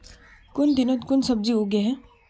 कुन दिनोत कुन सब्जी उगेई?